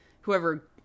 Whoever